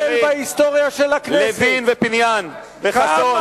חברים, לוין, פניאן וחסון.